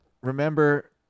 remember